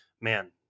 man